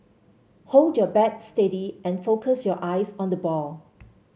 hold your bat steady and focus your eyes on the ball